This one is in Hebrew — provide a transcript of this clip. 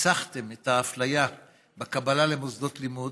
הנצחתם את האפליה בקבלה למוסדות לימוד,